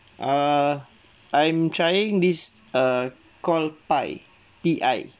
err I'm trying this err called Pi P_I